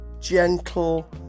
gentle